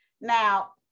Now